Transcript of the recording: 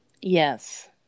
Yes